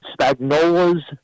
Spagnola's